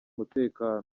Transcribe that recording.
umutekano